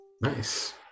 Nice